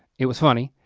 it was funny.